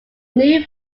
new